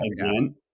again